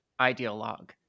ideologue